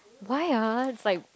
why ah like